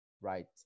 right